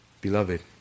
Beloved